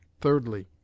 Thirdly